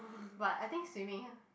but I think swimming